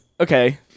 Okay